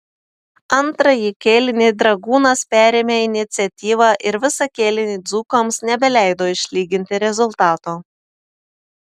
antrąjį kėlinį dragūnas perėmė iniciatyvą ir visą kėlinį dzūkams nebeleido išlyginti rezultato